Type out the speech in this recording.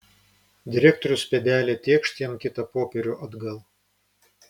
direktorius pėdelė tėkšt jam kitą popierių atgal